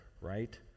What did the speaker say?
right